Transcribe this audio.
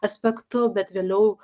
aspektu bet vėliau